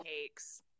takes